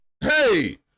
Hey